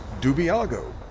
Dubiago